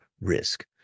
risk